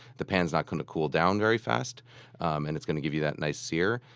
the pan is not going to cool down very fast and it's going to give you that nice sear.